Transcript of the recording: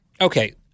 Okay